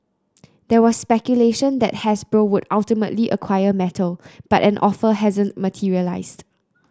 there was speculation that Hasbro would ultimately acquire Mattel but an offer hasn't materialised